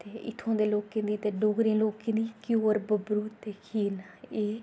ते इत्थुआं दे लोकें दी ते डोगरे लोकें दी घ्यूर बब्बरू ते खीर न एह्